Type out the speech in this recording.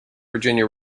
virginia